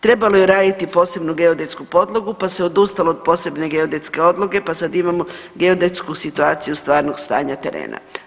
Trebalo je raditi posebnu geodetsku podlogu pa se odustalo od posebne geodetske podloge pa sad imamo geodetsku situaciju stvarnog stanja terena.